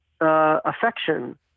affection